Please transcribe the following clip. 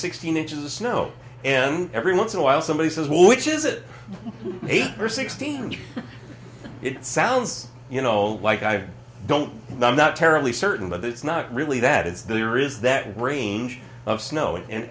sixteen inches of snow and every once in a while somebody says well which is it eight or sixteen and it sounds you know like i don't know i'm not terribly certain but it's not really that is there is that range of